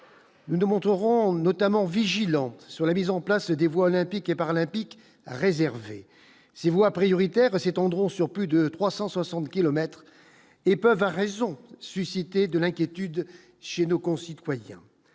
nous ne montrerons notamment vigilante sur la mise en place des voies olympiques et paralympiques réserver ces voies prioritaires s'étendront sur plus de 360 km épave à raison susciter de l'inquiétude chez nos concitoyens,